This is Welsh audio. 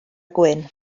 gwyn